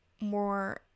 more